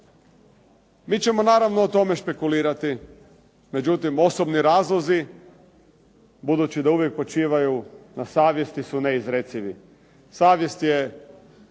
Mi ćemo naravno o tome špekulirati, međutim osobni razlozi budući da uvijek počivaju na savjesti su neizrecivi. Savjest je